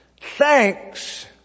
thanks